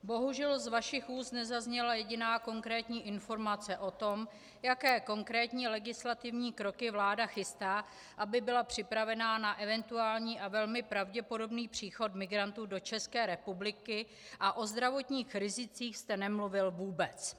Bohužel z vašich úst nezazněla jediná konkrétní informace o tom, jaké konkrétní legislativní kroky vláda chystá, aby byla připravena na eventuální a velmi pravděpodobný příchod migrantů do České republiky, a o zdravotních rizicích jste nemluvil vůbec.